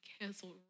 canceled